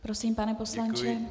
Prosím, pane poslanče.